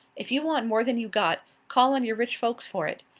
if you want more than you got, call on your rich folks for it.